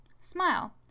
smile